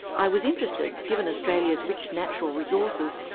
i was interested, given australia's rich natural resources,